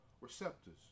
receptors